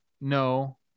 No